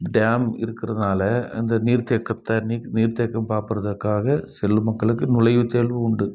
dam இருக்கறதுனால அந்த நீர்த்தேக்கத்தை நீக் நீர்த்தேக்கம் பார்ப்பறதுக்காக சில மக்களுக்கு நுழைவு தேர்வு உண்டு